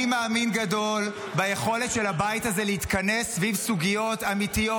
אני מאמין גדול ביכולת של הבית הזה להתכנס סביב סוגיות אמיתיות,